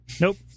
Nope